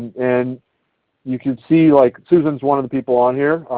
and you can see like susan is one of the people on here.